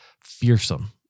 fearsome